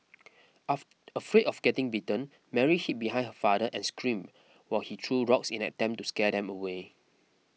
afraid of getting bitten Mary hid behind her father and screamed while he threw rocks in an attempt to scare them away